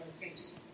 face